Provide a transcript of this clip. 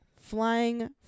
flying